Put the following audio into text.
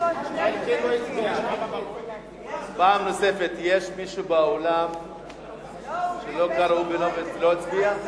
פעם נוספת: יש מישהו באולם שלא קראו לו ולא הצביע?